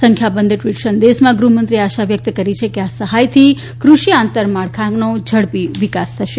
સંખ્યાબંધ ટવીટ સંદેશમાં ગૃહમંત્રીએ આશા વ્યકત કરી છે કે આ સહાયથી કૃષિ આંતરમાળખાનો ઝડપી વિકાસ થશે